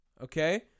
okay